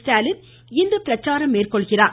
ஸ்டாலின் இன்று பிரச்சாரம் மேற்கொள்கிறார்